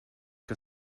que